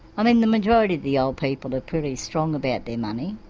i mean the majority of the old people are pretty strong about their money,